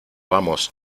vamos